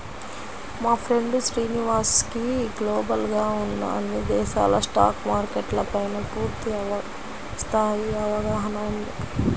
మా ఫ్రెండు శ్రీనివాస్ కి గ్లోబల్ గా ఉన్న అన్ని దేశాల స్టాక్ మార్కెట్ల పైనా పూర్తి స్థాయి అవగాహన ఉంది